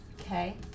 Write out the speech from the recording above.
Okay